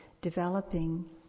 developing